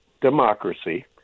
democracy